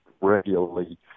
regularly